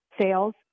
sales